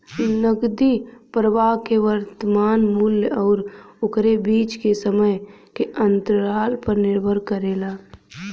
नकदी प्रवाह के वर्तमान मूल्य आउर ओकरे बीच के समय के अंतराल पर निर्भर करेला